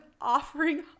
offering